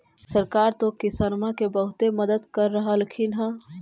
सरकार तो किसानमा के बहुते मदद कर रहल्खिन ह?